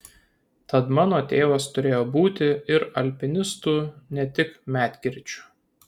tad mano tėvas turėjo būti ir alpinistu ne tik medkirčiu